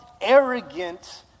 arrogant